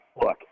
Look